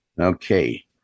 Okay